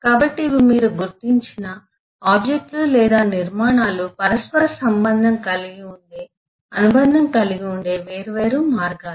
కాబట్టి ఇవి మీరు గుర్తించిన ఆబ్జెక్ట్ లు లేదా నిర్మాణాలు పరస్పర సంబంధం కలిగిఉండే అనుబంధం కలిగిఉండే వేర్వేరు మార్గాలు